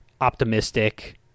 optimistic